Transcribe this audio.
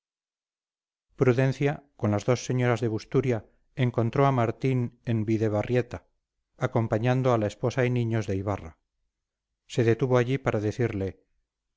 prudencia con las dos señoras de busturia encontró a martín en bidebarrieta acompañando a la esposa y niños de ibarra se detuvo para decirle